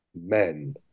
men